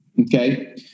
Okay